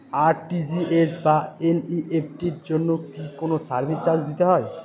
RTGS বা NEFT এর জন্য কি কোনো সার্ভিস চার্জ দিতে হয়?